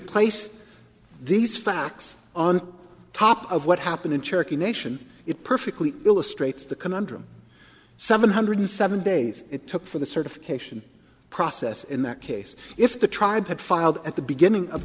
place these facts on top of what happened in cherokee nation it perfectly illustrates the conundrum seven hundred seven days it took for the certification process in that case if the tribe had filed at the beginning of